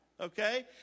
okay